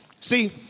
See